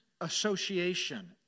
association